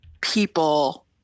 people